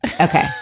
Okay